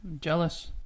jealous